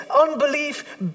unbelief